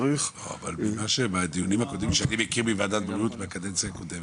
אבל מהדיונים הקודמים שאני מכיר מוועדת בריאות מהקדנציה הקודמת,